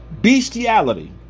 bestiality